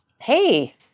hey